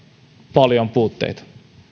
paljon puutteita